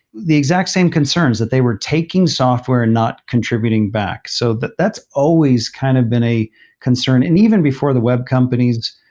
the exact same concerns that they were taking software and not contributing back. so that's always kind of been a concern. and even before the web companies,